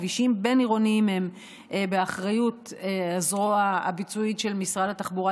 כבישים בין-עירוניים הם באחריות הזרוע הביצועית של משרד התחבורה,